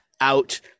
out